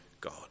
God